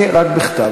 אני, רק בכתב.